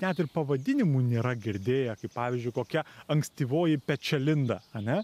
net ir pavadinimų nėra girdėję kaip pavyzdžiui kokia ankstyvoji pečialinda ane